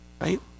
Right